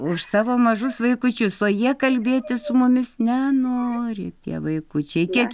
už savo mažus vaikučius o jie kalbėti su mumis nenori tie vaikučiai kiek